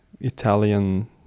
italian